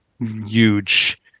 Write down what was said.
huge